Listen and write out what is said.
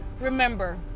Remember